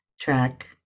track